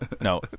No